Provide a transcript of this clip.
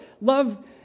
love